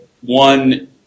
one